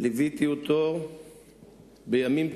ליוויתי אותו בימים טובים,